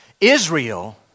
Israel